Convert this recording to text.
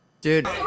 Dude